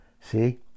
See